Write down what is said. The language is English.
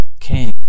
King